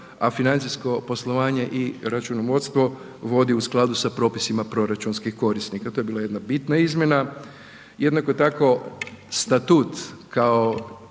a financijsko poslovanje i računovodstvo vodi u skladu sa propisima proračunskih korisnika. To je bila jedna bitna izmjena. Jednako tako Statut kao